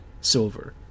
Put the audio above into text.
silver